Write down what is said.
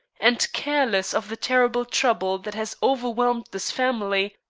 and careless of the terrible trouble that has overwhelmed this family,